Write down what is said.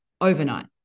overnight